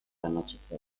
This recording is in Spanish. anochecer